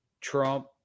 Trump